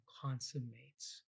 consummates